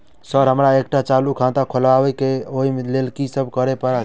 Sir हमरा एकटा चालू खाता खोलबाबह केँ छै ओई लेल की सब करऽ परतै?